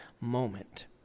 moment